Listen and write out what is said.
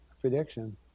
prediction